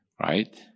right